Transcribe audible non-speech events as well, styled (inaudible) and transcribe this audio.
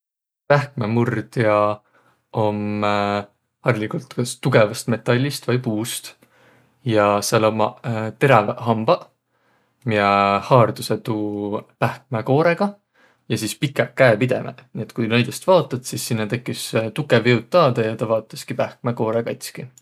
Pähkmämurdja om hariligult kas tugõvast metallist vai puust. Ja sääl ummaq teräväq hambaq miä haardusõq tuu pähkmä koorõga ja sis pikäq käepidemeq, nii et noidõst vaotat, sis sinnäq teküs (hesitation) tukõv jõud taadõ ja tä vaotaski pähkmäkoorõ katski.